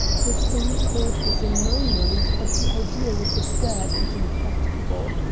the same thought was in my mind, but the idea was absurd, and impracticable.